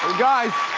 guys,